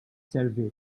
servizz